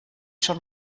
schon